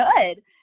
good